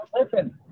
listen